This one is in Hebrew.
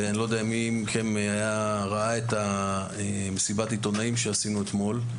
ואני לא יודע מי מכם ראה את מסיבת העיתונאים שקיימנו אתמול,